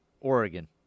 oregon